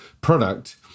product